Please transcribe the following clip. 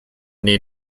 near